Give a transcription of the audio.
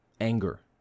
anger